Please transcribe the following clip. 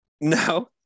No